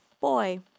Boy